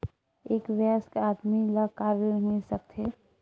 एक वयस्क आदमी ल का ऋण मिल सकथे?